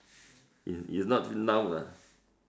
is is not now lah